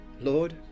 lord